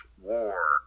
war